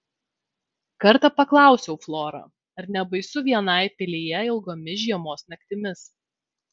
kartą paklausiau florą ar nebaisu vienai pilyje ilgomis žiemos naktimis